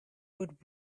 would